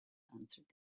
answered